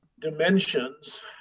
dimensions